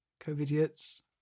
COVID-idiots